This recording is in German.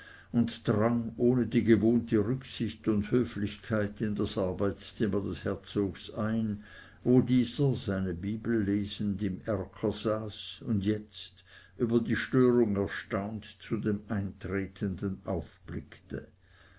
und drang ohne die gewohnte rücksicht und höflichkeit in das arbeitszimmer des herzogs ein wo dieser seine bibel lesend im erker saß und jetzt über die störung erstaunt zu dem eintretenden aufblickte